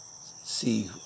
see